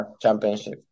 championship